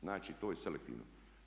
Znači to je selektivno.